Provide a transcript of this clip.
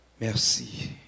merci